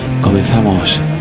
Comenzamos